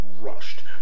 rushed